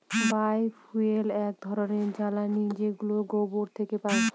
বায় fuel এক ধরনের জ্বালানী যেগুলো গোবর থেকে পাই